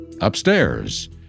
upstairs